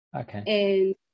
Okay